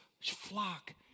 flock